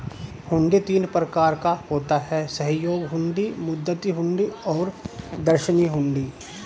हुंडी तीन प्रकार का होता है सहयोग हुंडी, मुद्दती हुंडी और दर्शनी हुंडी